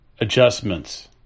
adjustments